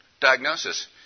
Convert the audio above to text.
diagnosis